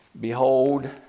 Behold